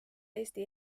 eesti